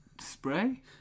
Spray